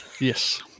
Yes